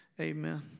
amen